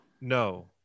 no